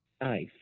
ICE